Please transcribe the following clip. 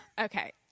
Okay